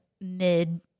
mid